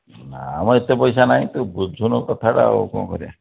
ନା ମ ଏତେ ପଇସା ନାହିଁ ତୁ ବୁଝୁନୁ କଥାଟା ଆଉ କ'ଣ କରିବା